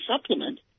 supplement